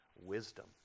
wisdom